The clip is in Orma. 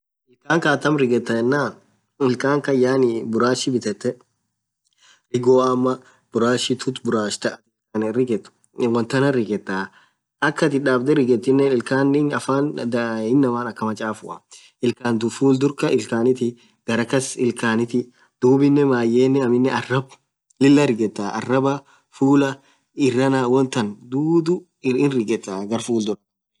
Illkankaaa atamm righethaa yenan iilkhakan yaani burashii bithethe righoa ama brushi tooth brush thaa ilikhanin righethen wonn thanan righethaa akhaa atin itdhabedha righetinen illkani affan inamaa akamaa chafua illkann full dhurkhan illkanithi garaaa kas illkhanith dhubinen mayyen aminen arabb Lilah righethaa arabaa fulaaa Irana wonn than dhudhu righethaa garr full dhurah Khan beree hidhia